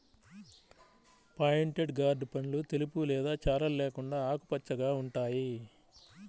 pointed gourd పండ్లు తెలుపు లేదా చారలు లేకుండా ఆకుపచ్చగా ఉంటాయి